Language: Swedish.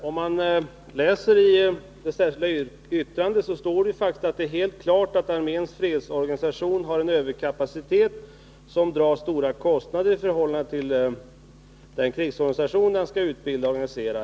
Herr talman! I Eric Hägelmarks särskilda yttrande står det faktiskt: ”Det är helt klart att arméns fredsorganisation har en överkapacitet som drar stora kostnader i förhållande till den krigsorganisation den skall utbilda och organisera.